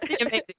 amazing